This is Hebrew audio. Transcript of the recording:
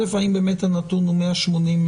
האם באמת הנתון הוא 180,000?